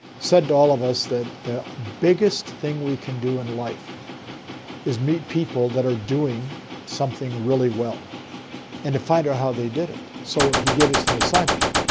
said to all of us that the biggest thing we can do in life is meet people that are doing something really well and to find out how they did it. so he gave us an assignment.